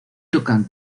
tocan